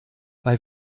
bei